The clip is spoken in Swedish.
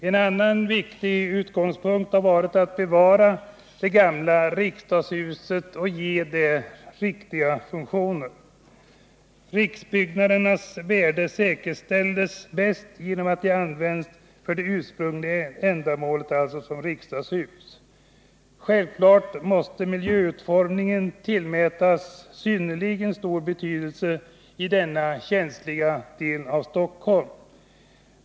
En annan viktig utgångspunkt har varit att bevara det gamla riksdagshuset och att ge det riktiga funktioner. Riksbyggnadernas värde säkerställs bäst genom att de används för det ursprungliga ändamålet, alltså som riksdagshus. Självfallet måste miljöutformningen tillmätas synnerligen stor betydelse i denna känsliga del av Stockholm.